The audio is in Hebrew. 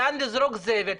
לאן לזרוק את הזבל,